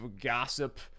gossip